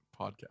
podcast